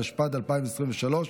התשפ"ד 2023,